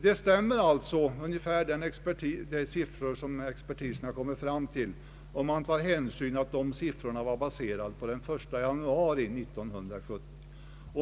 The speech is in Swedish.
De siffror som expertisen bakom propositionen kommit fram till stämmer alltså ganska bra om man tar hänsyn till att dessa siffror var baserade på situationen den 1 januari 1970.